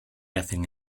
hacen